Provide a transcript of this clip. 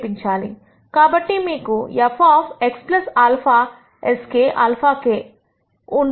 కాబట్టి మీకు fx k α sk αk sk ఉంటుంది